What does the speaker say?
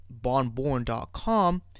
bonborn.com